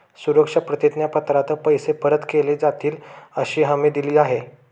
सुरक्षा प्रतिज्ञा पत्रात पैसे परत केले जातीलअशी हमी दिली आहे